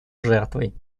жертвой